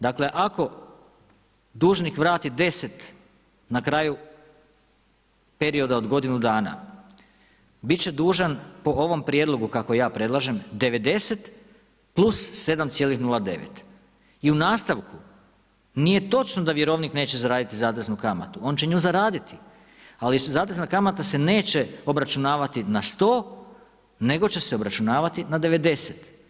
Dakle, ako dužnik vrati 10 na kraju perioda od godine dana, bit že dužan po ovom prijedlogu kako ja predlažem, 90+7,09 i u nastavku nije točno da vjerovnik neće zaraditi zateznu kamatu, on će nju zaraditi ali zatezna kamata se neće obračunavati na 100 nego će se obračunavati na 90.